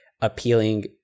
appealing